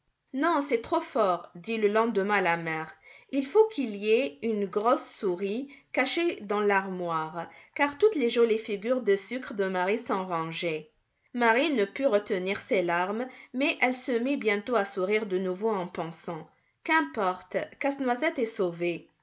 non c'est trop fort dit le lendemain la mère il faut qu'il y ait une grosse souris cachée dans l'armoire car toutes les jolies figures de sucre de marie sont rongées marie ne put retenir ses larmes mais elle se mit bientôt à sourire de nouveau en pensant qu'importe casse-noisette est sauvé